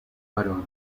varón